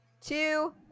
two